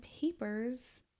papers